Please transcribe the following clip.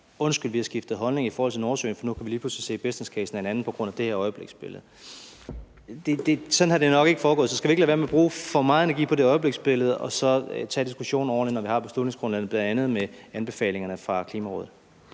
Undskyld, vi har skiftet holdning i forhold til Nordsøen, for nu kan vi lige pludselig se, at businesscasen er en anden på grund af det her øjebliksbillede. Sådan er det jo nok ikke foregået, så skal vi ikke lade være med at bruge for megen energi på det øjebliksbillede og så tage diskussionen ordentligt, når vi har beslutningsgrundlaget, bl.a. med anbefalingerne fra Klimarådet?